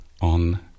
on